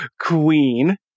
queen